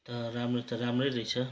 तर राम्रो त राम्रै रहेछ